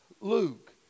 Luke